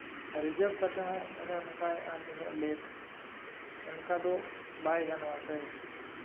ᱨᱤᱡᱟᱹᱵᱷ ᱠᱟᱛᱮ ᱦᱚᱸ ᱚᱱᱮ ᱚᱱᱠᱟᱭᱮᱜ ᱟᱢ ᱩᱱᱟᱹᱜ ᱞᱮᱴ ᱚᱱᱱᱠᱟ ᱫᱚ ᱵᱟᱭ ᱜᱟᱱᱚᱜᱼᱟ ᱥᱮ